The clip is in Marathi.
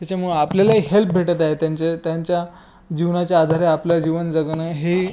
त्याच्यामुळं आपल्यालाही हेल्प भेटत आहे त्यांचे त्यांच्या जीवनाच्या आधारे आपलं जीवन जगणं हे